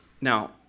Now